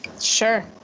sure